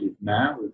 now